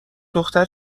دختر